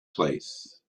place